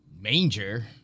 Manger